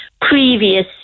previous